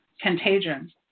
contagion